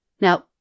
Now